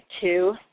two